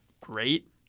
great